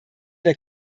der